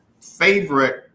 favorite